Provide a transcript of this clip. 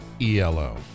ELO